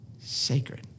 sacred